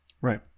Right